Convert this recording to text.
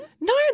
No